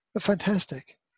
fantastic